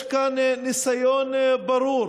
יש כאן ניסיון ברור